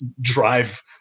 drive